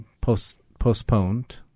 postponed